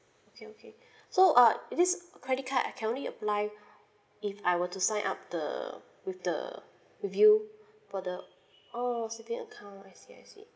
okay okay so uh is this credit card I can only apply if I were to sign up the with the with you for the oh saving account I see I see